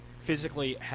physically